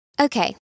Okay